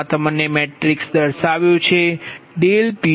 P22 Pm2 Pn2